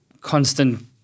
constant